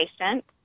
patient